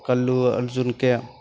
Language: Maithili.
अल्लू अर्जुनके